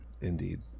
indeed